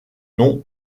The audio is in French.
nom